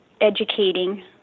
educating